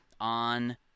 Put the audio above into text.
on